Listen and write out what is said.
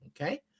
okay